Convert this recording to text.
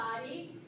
body